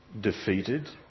defeated